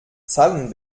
zahlen